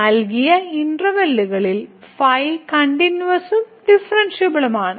നൽകിയ ഇന്റർവെല്ലുകളിൽ കണ്ടിന്യൂവസും ഡിഫറെൻഷിയബിളും ആണ്